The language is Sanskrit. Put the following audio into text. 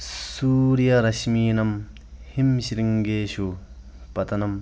सूर्यरश्मीनं हिमशृङ्गेषु पतनं